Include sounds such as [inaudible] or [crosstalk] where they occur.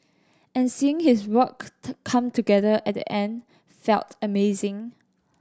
and seeing his work [unintelligible] come together at the end felt amazing